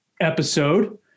episode